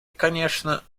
конечно